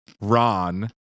ron